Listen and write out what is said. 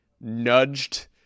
nudged